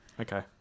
Okay